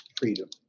freedom